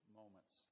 moments